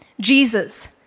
Jesus